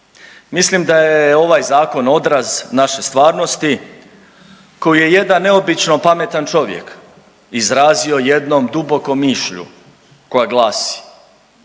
Mislim da je ovaj zakon odraz naše stvarnosti koji je jedan neobično pametan čovjek izrazio jednom dubokom mišlju koja glasi.